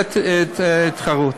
שרוצה תחרות.